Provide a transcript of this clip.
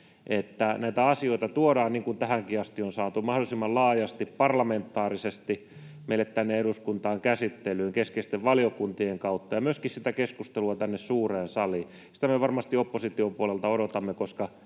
että näitä asioita tuodaan, niin kuin tähänkin asti on saatu, mahdollisimman laajasti ja parlamentaarisesti meille tänne eduskuntaan käsittelyyn, keskeisten valiokuntien kautta ja myöskin sitä keskustelua tänne suureen saliin. Sitä me varmasti opposition puolelta odotamme,